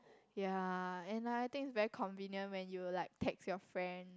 yea and I think it's very convenient when you like text your friend